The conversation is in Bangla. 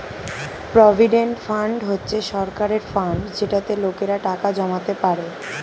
প্রভিডেন্ট ফান্ড হচ্ছে সরকারের ফান্ড যেটাতে লোকেরা টাকা জমাতে পারে